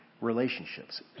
relationships